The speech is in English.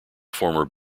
former